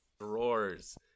roars